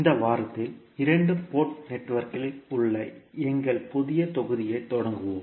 இந்த வாரத்தில் இரண்டு போர்ட் நெட்வொர்க்குகளில் உள்ள எங்கள் புதிய தொகுதியைத் தொடங்குவோம்